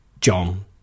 John